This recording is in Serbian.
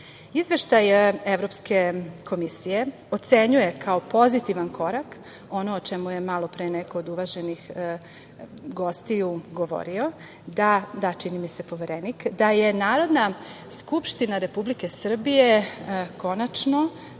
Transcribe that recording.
Evropske komisije ocenjuje kao pozitivan korak ono o čemu je malo pre neko od uvaženih gostiju govorio, da, čini mi se Poverenik, da je Narodna skupština Republike Srbije konačno